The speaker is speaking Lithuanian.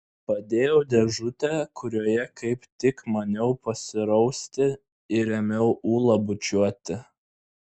padėjau dėžutę kurioje kaip tik maniau pasirausti ir ėmiau ulą bučiuoti